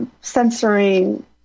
censoring